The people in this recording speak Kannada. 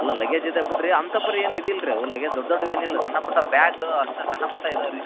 ಅಲ್ಲ ಲಗೇಜ್ ಇದೆ ಬಿಡ್ರಿ ಅಂತ ಪರಿ ಏನು ಇದಿಲ್ಲರಿ ಅವು ಲಗೇಜ್ ದೊಡ್ಡ ದೊಡ್ಡವು ಏನಿಲ್ಲ ಸಣ್ಣ ಪುಟ್ಟ ಬ್ಯಾಗ ಅಷ್ಟೆ ಸಣ್ಣ ಪುಟ್ಟ ಇದಾವೆ ರೀ